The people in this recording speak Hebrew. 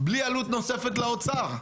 בלי עלות נוספת לאוצר.